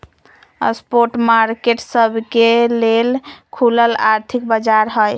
spot market सबके लेल खुलल आर्थिक बाजार हइ